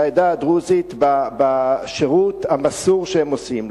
העדה הדרוזית בשירות המסור שהם עושים.